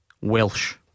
Welsh